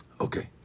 Okay